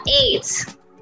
eight